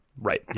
Right